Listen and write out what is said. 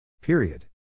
Period